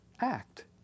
act